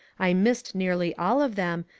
i missed nearly all of them,